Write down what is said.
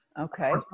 Okay